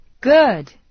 Good